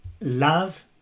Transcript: love